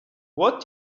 what